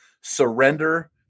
surrender